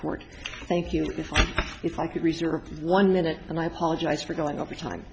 court thank you and if i could reserve one minute and i apologize for going over time